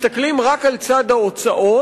מסתכלים רק על צד ההוצאות,